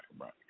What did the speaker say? right